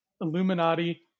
Illuminati